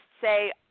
say